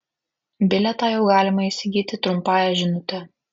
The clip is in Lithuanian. bilietą jau galima įsigyti trumpąja žinute